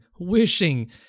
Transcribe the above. wishing